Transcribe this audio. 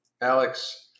Alex